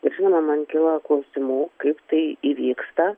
ir žinoma man kyla klausimų kaip tai įvyksta